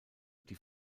die